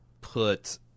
put